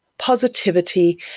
positivity